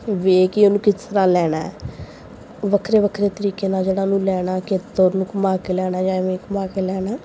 way ਕਿ ਉਹਨੂੰ ਕਿਸ ਤਰ੍ਹਾਂ ਲੈਣਾ ਵੱਖਰੇ ਵੱਖਰੇ ਤਰੀਕੇ ਨਾਲ ਜਿਹੜਾ ਉਹਨੂੰ ਲੈਣਾ ਕਿੱਧਰ ਨੂੰ ਘੁੰਮਾ ਕੇ ਲੈਣਾ ਜਾਂ ਇਵੇਂ ਘੁੰਮਾ ਕੇ ਲੈਣਾ